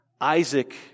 Isaac